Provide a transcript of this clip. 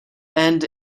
and